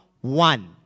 one